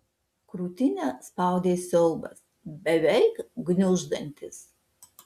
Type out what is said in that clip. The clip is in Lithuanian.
krūtinę spaudė siaubas beveik gniuždantis